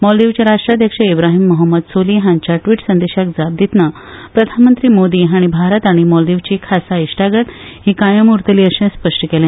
मालदिवचे राष्ट्राध्यक्ष इब्राहीम मोहम्मद सोली हांच्या व्टीट संदेशाक जाप दितना प्रधानमंत्री मोदी हाणी भारत आनी मालदिवची खासा इश्टागत ही कायम उरतली अशे स्पष्ट केले